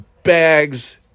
bags